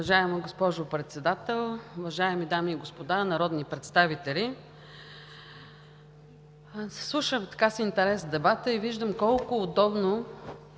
Уважаема госпожо Председател, уважаеми дами и господа народни представители! Слушам с интерес дебата и виждам колко удобно